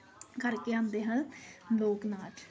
ਕਰਕੇ ਆਉਂਦੇ ਹਨ ਲੋਕ ਨਾਚ